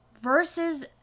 versus